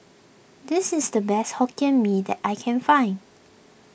this is the best Hokkien Mee that I can find